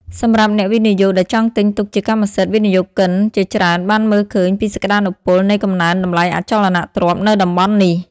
សម្រាប់អ្នកវិនិយោគដែលចង់ទិញទុកជាកម្មសិទ្ធិ វិនិយោគិនជាច្រើនបានមើលឃើញពីសក្តានុពលនៃកំណើនតម្លៃអចលនទ្រព្យនៅតំបន់នេះ។